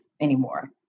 anymore